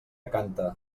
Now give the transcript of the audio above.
canta